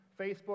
Facebook